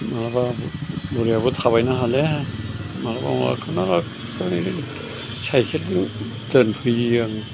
माबा बुरैआबो थाबायनो हाले मालाबा मालाबा खुनुरुखुमै साइकेलजों दोनफैयो आं